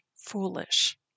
foolish